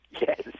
Yes